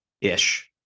ish